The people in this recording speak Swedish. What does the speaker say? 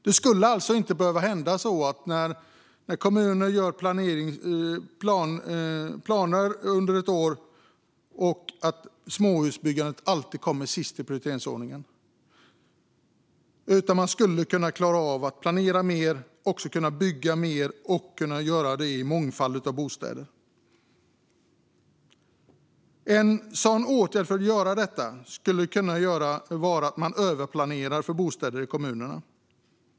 Det skulle alltså inte behöva bli så att småhusbyggandet alltid kommer sist i prioriteringsordningen när kommuner gör planer under ett år. Man skulle kunna klara av att planera mer och också kunna bygga mer och bygga en mångfald av bostäder. En åtgärd för att åstadkomma detta skulle kunna vara att införa en möjlighet för kommunerna att överplanera för bostäder.